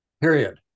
Period